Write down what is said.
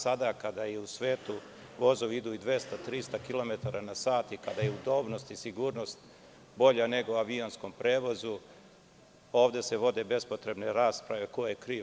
Sada kada u svetu vozovi idu 300 kilometara na sat i kada je udobnost i sigurnost bolja nego u avionskom prevozu, ovde se vode bespotrebne rasprave -ko je kriv?